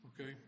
Okay